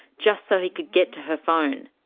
just so he could get to her phone.